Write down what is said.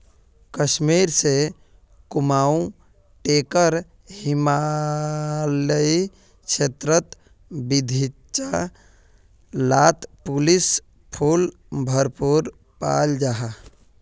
कश्मीर से कुमाऊं टेकर हिमालयी क्षेत्रेर बघिचा लात तुलिप फुल भरपूर पाल जाहा